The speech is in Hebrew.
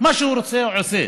מה שהוא רוצה הוא עושה.